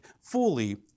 fully